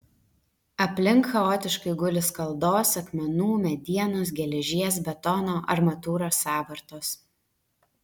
aplink chaotiškai guli skaldos akmenų medienos geležies betono armatūros sąvartos